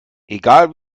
egal